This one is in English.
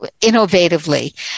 innovatively